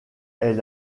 est